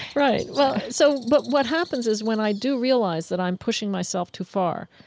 right. well, so but what happens is, when i do realize that i'm pushing myself too far,